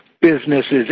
businesses